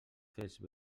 fes